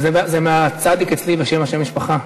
זה מהצ' אצלי בשם המשפחה.